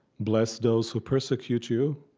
bless those who persecute you.